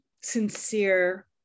sincere